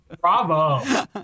Bravo